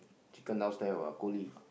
chicken downstairs !wah! coolie